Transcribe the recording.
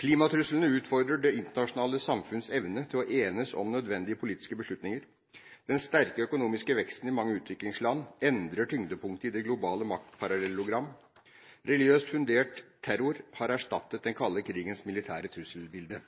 Klimatruslene utfordrer det internasjonale samfunns evne til å enes om nødvendige politiske beslutninger. Den sterke økonomiske veksten i mange utviklingsland endrer tyngdepunktet i det globale maktparallellogram. Religiøst fundert terror har erstattet den kalde krigens militære trusselbilde.